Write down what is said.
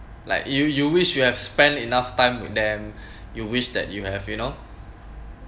like you you wish you have spend enough time with them you wish that you have you know